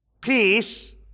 peace